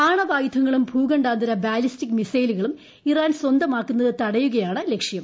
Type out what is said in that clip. ആണവായുധങ്ങളും ഭൂഖ്പണ്ഡാന്തര ബാലിസ്റ്റിക് മിസൈലുകളും ഇറാൻ സ്വന്തമാക്കുന്നത് രൂട്ട്യുകയാണ് ലക്ഷ്യം